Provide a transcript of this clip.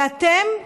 ואתם?